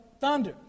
Thunder